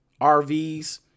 rvs